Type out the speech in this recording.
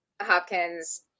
Hopkins